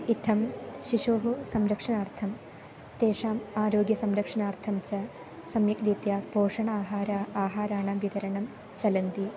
इत्थं शिशोः संरक्षणार्थं तेषाम् आरोग्यसंरक्षणार्थं च सम्यक्रीत्या पोषणाहाराणाम् आहाराणां वितरणं चलन्ति